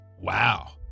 Wow